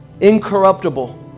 incorruptible